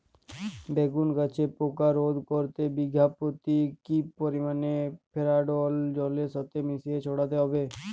বেগুন গাছে পোকা রোধ করতে বিঘা পতি কি পরিমাণে ফেরিডোল জলের সাথে মিশিয়ে ছড়াতে হবে?